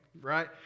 right